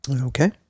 Okay